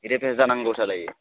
revise जानांगौ सार दायो